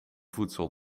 voedsel